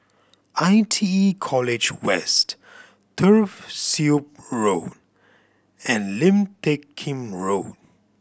I T E College West Turf Ciub Road and Lim Teck Kim Road